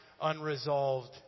unresolved